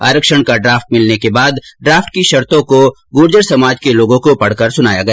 आरक्षण का ड्राफ्ट मिलने के बाद ड्राफ्ट की शर्तों को गूर्जर समाज के लोगों को पढकर सुनाया गया